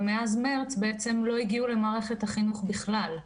ומאז מרץ בעצם לא הגיעו למערכת החינוך בכלל.